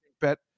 bet